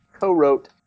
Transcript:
co-wrote